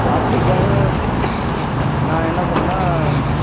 வாழ்க்கைக்காக நான் என்ன பண்ணுறேன்னா